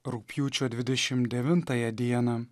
rugpjūčio dvidešim devintąją dieną